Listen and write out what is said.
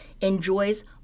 enjoys